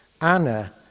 Anna